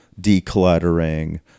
decluttering